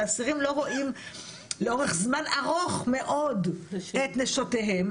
שאסירים לא רואים לאורך זמן ארוך מאוד את נשותיהם,